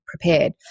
prepared